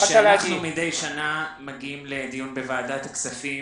אנחנו מדי שנה מגיעים לדיון בוועדת הכספים